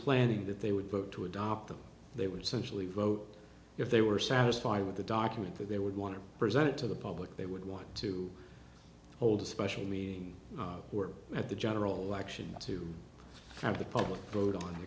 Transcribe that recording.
planning that they would vote to adopt the they were socially vote if they were satisfied with the document that they would want to present it to the public they would want to hold a special meeting were at the general election to have the public vote on